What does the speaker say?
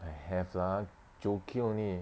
I have lah joking only